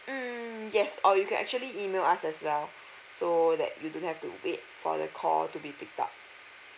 mm yes or you can actually email us as well so that you don't have to wait for the call to be pick up